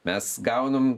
mes gaunam